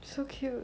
so cute